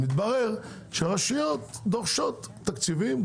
מתברר שרשויות דורשות תקציבים.